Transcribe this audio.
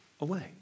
away